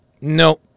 no